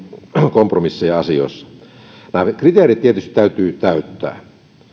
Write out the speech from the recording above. kompromisseja asioissa nämä kriteerit tietysti täytyy täyttää